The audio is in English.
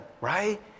right